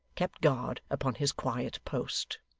kept guard upon his quiet post.